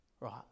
Right